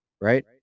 Right